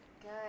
good